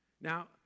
Now